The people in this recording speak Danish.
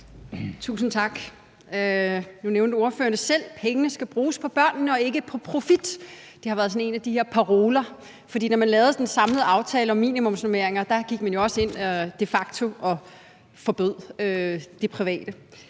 Tusind tak. Nu nævnte ordføreren selv, at pengene skal bruges på børnene og ikke på profit. Det har været sådan en af de her paroler, for da man lavede en samlet aftale om minimumsnormeringer, gik man jo også ind og de facto